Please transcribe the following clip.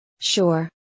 Sure